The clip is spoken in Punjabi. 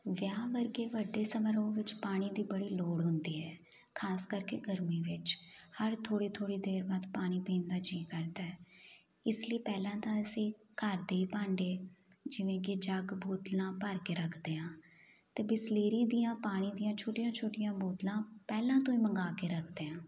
ਵਿਆਹ ਵਰਗੇ ਵੱਡੇ ਸਮਾਰੋਹ ਵਿੱਚ ਪਾਣੀ ਦੀ ਬੜੀ ਲੋੜ ਹੁੰਦੀ ਹੈ ਖ਼ਾਸ ਕਰਕੇ ਗਰਮੀ ਵਿੱਚ ਹਰ ਥੋੜ੍ਹੇ ਥੋੜ੍ਹੇ ਦੇਰ ਬਾਅਦ ਪਾਣੀ ਪੀਣ ਦਾ ਜੀਅ ਕਰਦਾ ਇਸ ਲਈ ਪਹਿਲਾਂ ਤਾਂ ਅਸੀਂ ਘਰ ਦੇ ਹੀ ਭਾਂਡੇ ਜਿਵੇਂ ਕਿ ਜੱਗ ਬੋਤਲਾਂ ਭਰ ਕੇ ਰੱਖਦੇ ਹਾਂ ਅਤੇ ਬਿਸਲੇਰੀ ਦੀਆਂ ਪਾਣੀ ਦੀਆਂ ਛੋਟੀਆਂ ਛੋਟੀਆਂ ਬੋਤਲਾਂ ਪਹਿਲਾਂ ਤੋਂ ਹੀ ਮੰਗਵਾ ਕੇ ਰੱਖਦੇ ਹਾਂ